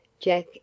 Jack